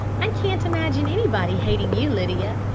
i can't imagine anybody hating you, lydia.